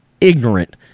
Ignorant